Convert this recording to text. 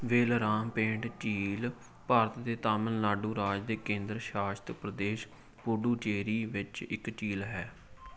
ਵੇਲਰਾਮਪੇਂਟ ਝੀਲ ਭਾਰਤ ਦੇ ਤਾਮਿਲਨਾਡੂ ਰਾਜ ਦੇ ਕੇਂਦਰ ਸ਼ਾਸਿਤ ਪ੍ਰਦੇਸ਼ ਪੁਡੂਚੇਰੀ ਵਿੱਚ ਇੱਕ ਝੀਲ ਹੈ